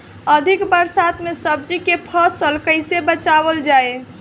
अधिक बरसात में सब्जी के फसल कैसे बचावल जाय?